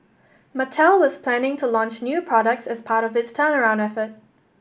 Mattel was planning to launch new products as part of its turnaround effort